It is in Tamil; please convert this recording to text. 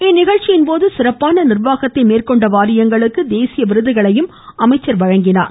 இந்நிகழ்ச்சியின் போது சிறப்பான நிர்வாகத்தை மேற்கொண்ட வாரியங்களுக்கு தேசிய விருதுகளையும் அமைச்சர் வழங்கினார்